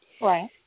Right